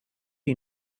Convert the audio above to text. you